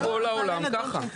בכל העולם זה כך.